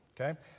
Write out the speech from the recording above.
okay